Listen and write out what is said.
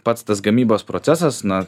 pats tas gamybos procesas na